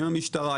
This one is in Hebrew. עם המשטרה,